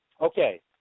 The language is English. Okay